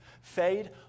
fade